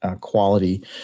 quality